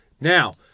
Now